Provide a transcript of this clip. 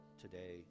today